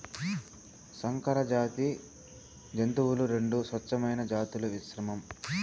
సంకరజాతి జంతువులు రెండు స్వచ్ఛమైన జాతుల మిశ్రమం